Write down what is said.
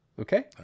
Okay